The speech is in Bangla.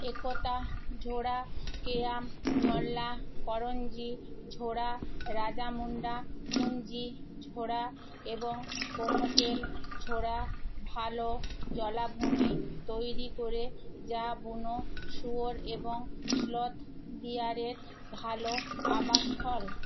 একতা ঝোরা কেয়াম নল্লা করঞ্জি ঝোরা রাজামুন্ডা পুঞ্জি ঝোরা এবং কোমকেল ঝোরা ভালো জলাভূমি তৈরি করে যা বুনো শুয়োর এবং স্লথ বেয়ারের ভালো আবাসস্থল